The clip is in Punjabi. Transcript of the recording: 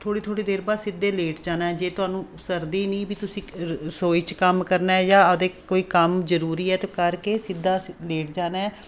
ਥੋੜ੍ਹੀ ਥੋੜ੍ਹੀ ਦੇਰ ਬਾਅਦ ਸਿੱਧੇ ਲੇਟ ਜਾਣਾ ਜੇ ਤੁਹਾਨੂੰ ਸਰਦੀ ਨਹੀਂ ਵੀ ਤੁਸੀਂ ਰਸੋਈ 'ਚ ਕੰਮ ਕਰਨਾ ਜਾਂ ਆਪਦੇ ਕੋਈ ਕੰਮ ਜ਼ਰੂਰੀ ਹੈ ਤਾਂ ਕਰਕੇ ਸਿੱਧਾ ਲੇਟ ਜਾਣਾ